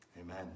Amen